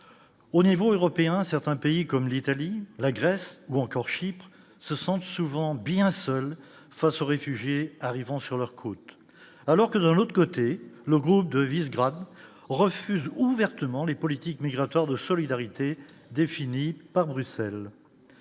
au niveau européen certains pays comme l'Italie, la Grèce ou encore Chypre se sentent souvent bien seul face aux réfugiés arrivant sur leurs côtes, alors que de l'autre côté, le groupe de Visegrad refusent ouvertement les politiques migratoires de solidarité définie par Bruxelles,